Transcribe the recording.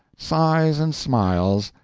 sighs and smiles,